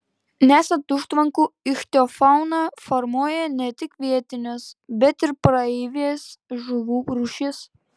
nesant užtvankų ichtiofauną formuoja ne tik vietinės bet ir praeivės žuvų rūšys